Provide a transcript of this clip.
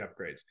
upgrades